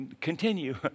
continue